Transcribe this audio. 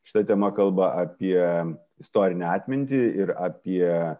šita tema kalba apie istorinę atmintį ir apie